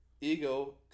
Ego